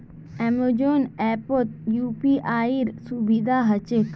Amazon ऐपत यूपीआईर सुविधा ह छेक